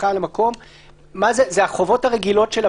זה החובות הרגילות?